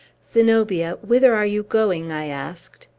zenobia, whither are you going? i asked.